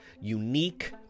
unique